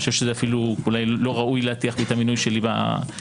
אני חושב שזה אפילו אולי לא ראוי להטיח בי את המינוי שלי בפניי,